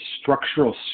structural